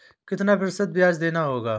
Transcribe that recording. कितना प्रतिशत ब्याज देना होगा?